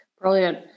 Brilliant